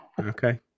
okay